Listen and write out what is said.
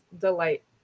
delight